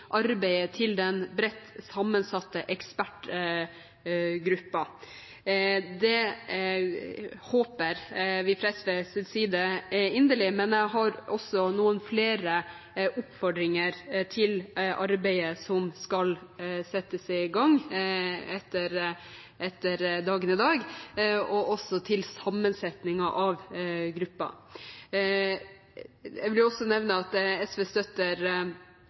arbeidet til den bredt sammensatte ekspertgruppen. Det håper vi fra SVs side inderlig, men jeg har også noen flere oppfordringer med hensyn til arbeidet som skal settes i gang etter dagen i dag, og også til sammensetningen av gruppen. Jeg vil også nevne at SV støtter